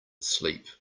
sleep